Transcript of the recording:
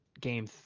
game